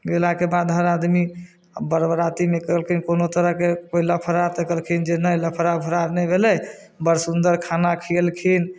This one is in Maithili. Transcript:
गेलाके बाद हर आदमी बर बरातीमे कहलखिन कोनो तरहके कोइ लफड़ा तऽ कहलखिन जे नहि लफड़ा ऊफरा नहि भेलै बड़ सुन्दर खाना खियेलखिन